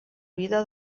vida